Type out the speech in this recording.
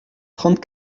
trente